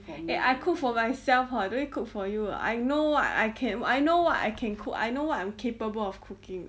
eh I cook for myself hor don't need cook for you hor I know what I can I know what I can cook I know what I'm capable of cooking